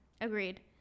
Agreed